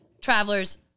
travelers